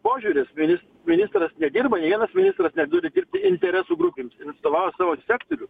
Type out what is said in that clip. požiūris minis ministras nedirba nė vienas ministras negduli dirbti interesų grupėms atstovauja savo sektorių